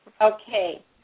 Okay